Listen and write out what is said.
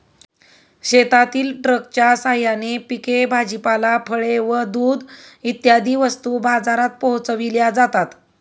शेतातील ट्रकच्या साहाय्याने पिके, भाजीपाला, फळे व दूध इत्यादी वस्तू बाजारात पोहोचविल्या जातात